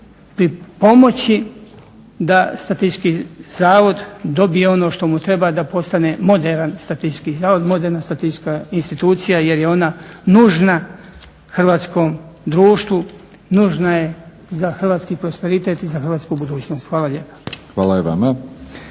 pripomoći da Statistički zavod dobije ono što mu treba da postane moderan Statistički zavod, moderna statistička institucija jer je ona nužna hrvatskom društvu, nužna je za hrvatski prosperitet i za hrvatsku budućnost. Hvala lijepa. **Batinić,